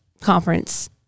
conference